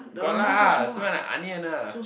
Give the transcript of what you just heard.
got lah smell like onions lah